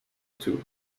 two